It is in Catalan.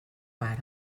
pare